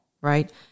right